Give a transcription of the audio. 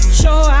show